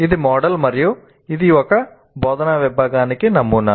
ఇది మోడల్ మరియు ఇది ఒక బోధనా విభాగానికి నమూనా